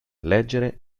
leggere